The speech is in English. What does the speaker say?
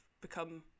become